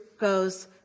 goes